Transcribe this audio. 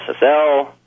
SSL